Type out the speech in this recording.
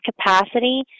capacity